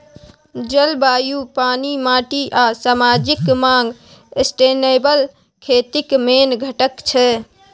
जलबायु, पानि, माटि आ समाजिक माँग सस्टेनेबल खेतीक मेन घटक छै